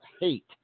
hate